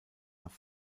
nach